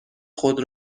خود